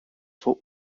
for